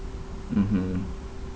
mmhmm